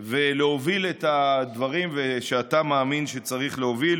ולהוביל את הדברים שאתה מאמין שצריך להוביל.